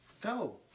go